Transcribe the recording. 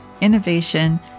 innovation